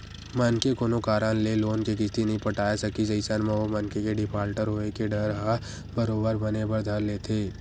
मनखे कोनो कारन ले लोन के किस्ती नइ पटाय सकिस अइसन म ओ मनखे के डिफाल्टर होय के डर ह बरोबर बने बर धर लेथे